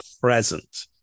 present